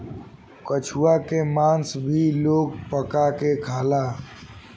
कछुआ के मास भी लोग पका के खाला